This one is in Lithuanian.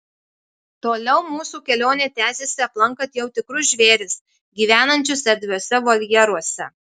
toliau mūsų kelionė tęsėsi aplankant jau tikrus žvėris gyvenančius erdviuose voljeruose